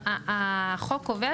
החוק קובע